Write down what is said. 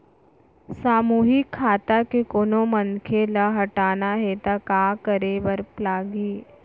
सामूहिक खाता के कोनो मनखे ला हटाना हे ता काय करे बर लागही?